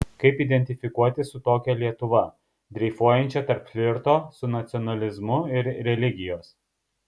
kaip identifikuotis su tokia lietuva dreifuojančia tarp flirto su nacionalizmu ir religijos